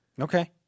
Okay